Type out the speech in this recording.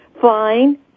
Fine